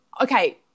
Okay